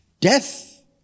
Death